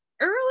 early